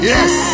Yes